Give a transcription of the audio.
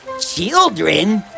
Children